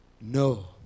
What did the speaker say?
No